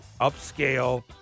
upscale